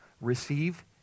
Receive